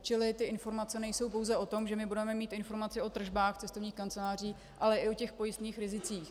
Čili informace nejsou pouze o tom, že budeme mít informace o tržbách cestovních kanceláří, ale i o pojistných rizicích.